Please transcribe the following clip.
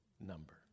number